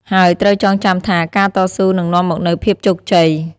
ហើយត្រូវចងចាំថា ការតស៊ូនឹងនាំមកនូវភាពជោគជ័យ។